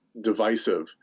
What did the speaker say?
divisive